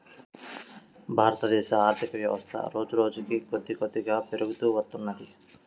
భారతదేశ ఆర్ధికవ్యవస్థ రోజురోజుకీ కొద్దికొద్దిగా పెరుగుతూ వత్తున్నది